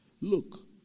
look